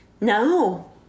No